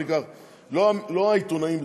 לא העיתונאים,